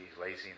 laziness